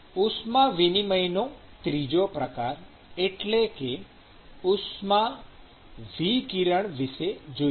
હવે ઉષ્મા વિનિમયનો ત્રીજો પ્રકાર એટલે ઉષ્માવિકિરણ વિષે જોઈએ